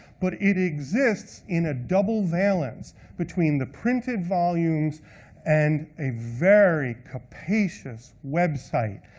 but it exists in a double valance between the printed volumes and a very capacious website.